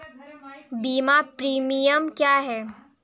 बीमा प्रीमियम क्या है?